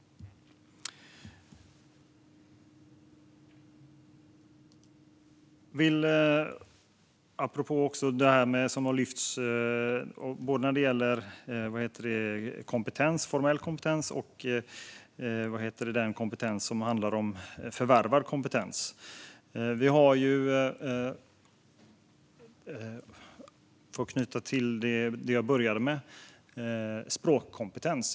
Apropå det som har lyfts när det gäller formell kompetens och förvärvad kompetens kan jag nämna språkkompetens, för att anknyta till det jag inledde med.